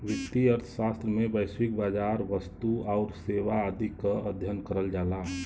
वित्तीय अर्थशास्त्र में वैश्विक बाजार, वस्तु आउर सेवा आदि क अध्ययन करल जाला